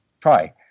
try